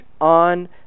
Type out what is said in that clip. on